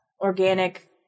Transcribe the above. Organic